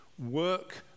work